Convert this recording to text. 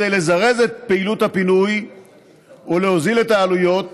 כדי לזרז את פעילות הפינוי ולהוזיל את העלויות,